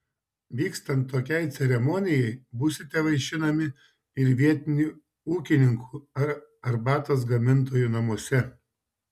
vykstant tokiai ceremonijai būsite vaišinami ir vietinių ūkininkų ar arbatos gamintojų namuose